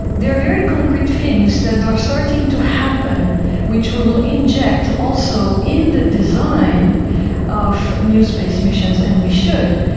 there are very concrete things that are starting to happen which we will inject also in the design of new space missions, and we should,